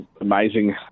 amazing